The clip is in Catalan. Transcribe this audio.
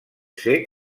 ser